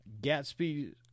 Gatsby